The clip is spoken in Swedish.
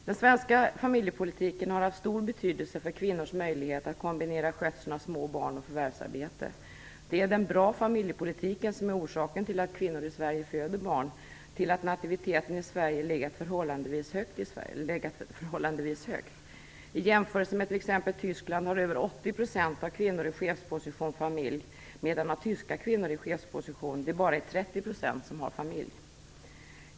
Den svenska familjepolitiken har haft stor betydelse för kvinnors möjlighet att kombinera skötseln av små barn och förvärvsarbete. Det är en bra familjepolitik som är orsaken till att kvinnor i Sverige föder barn, till att nativiteten i Sverige legat förhållandevis högt. I jämförelse med t.ex. Tyskland har över 80 % av kvinnor i chefsposition familj medan av tyska kvinnor i chefsposition det bara är 30 % som har familj.